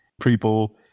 people